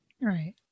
Right